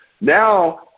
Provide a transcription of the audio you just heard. now